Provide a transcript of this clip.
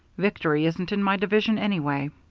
victory isn't in my division anyway.